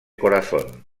corazón